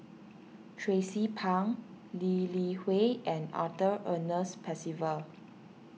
Tracie Pang Lee Li Hui and Arthur Ernest Percival